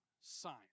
sign